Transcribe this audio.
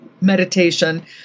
meditation